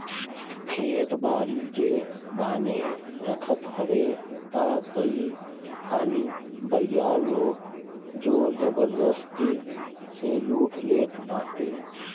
खेत बारी जे बान्हे रखत हवे तअ कई हाली बरियार लोग जोर जबरजस्ती से लूट लेट बाटे